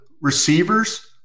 receivers